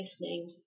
listening